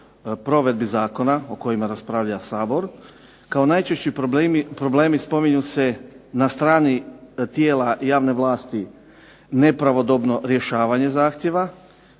provedbi Zakona o kojima raspravlja Sabor, kao najčešći problemi spominju se na strani tijela javne vlasti nepravodobno rješavanje zahtjeva,